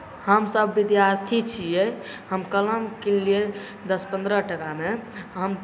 हमसब विद्यार्थी छिए हम कलम किनलिए दस पनरह टकामे हम